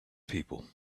people